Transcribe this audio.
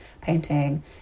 painting